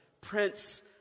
Prince